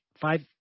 Five